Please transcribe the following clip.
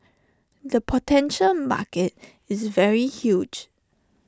the potential market is very huge